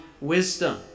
wisdom